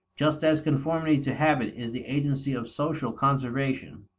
just as conformity to habit is the agency of social conservation.